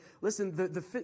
listen